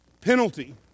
penalty